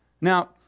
Now